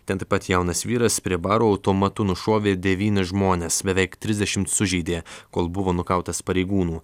ten taip pat jaunas vyras prie baro automatu nušovė devynis žmones beveik trisdešimt sužeidė kol buvo nukautas pareigūnų